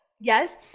Yes